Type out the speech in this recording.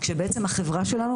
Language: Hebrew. כשבעצם החברה שלנו,